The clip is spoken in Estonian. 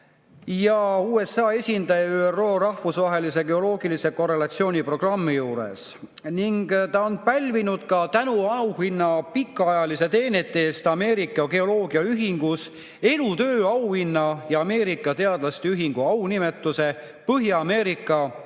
ja USA esindaja ÜRO rahvusvahelise geoloogilise korrelatsiooni programmi juures. Ta on pälvinud ka tänuauhinna pikaajaliste teenete eest Ameerika geoloogiaühingus, elutööauhinna, ja Ameerika teadlaste ühingu aunimetuse Põhja-Ameerika